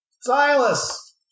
Silas